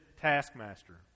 taskmaster